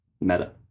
Meta